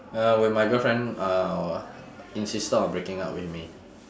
uh when my girlfriend uh insisted on breaking up with me